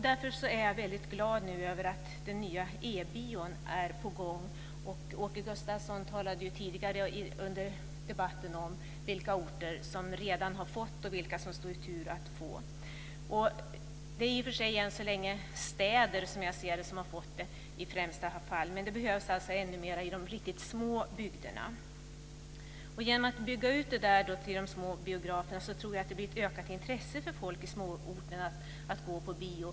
Därför är jag glad över att den nya e-bion är på gång nu. Åke Gustavsson talade tidigare under debatten om vilka orter som redan har fått detta och vilka som står i tur att få det. Det är i och för sig än så länge främst städer som har fått det, men det behövs ännu mer i de riktigt små bygderna. Genom att bygga ut detta till de små biograferna så tror jag att det blir ett ökat intresse för folk i småorterna att gå på bio.